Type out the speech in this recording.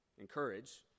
encourage